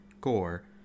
gore